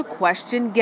question